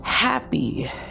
Happy